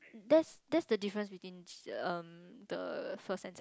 that's that's the difference between erm the first and